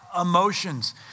emotions